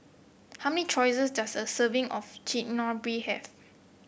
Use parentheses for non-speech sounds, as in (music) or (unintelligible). how many (unintelligible) does a serving of Chigenabe have